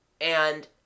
and—